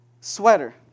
sweater